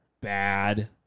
bad